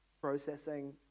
processing